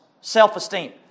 self-esteem